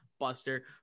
buster